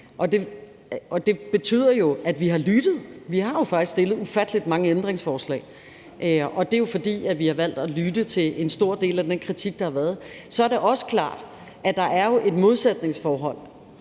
Det betyder jo, at vi har lyttet. Vi har jo faktisk stillet ufattelig mange ændringsforslag, og det er, fordi vi har valgt at lytte til en stor del af den kritik, der har været. Så er det også klart, at der er et modsætningsforhold